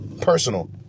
Personal